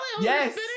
Yes